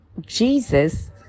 Jesus